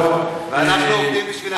אנחנו עובדים בשביל הציבור.